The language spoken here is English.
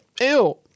Ew